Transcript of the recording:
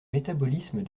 métabolisme